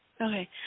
Okay